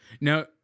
Now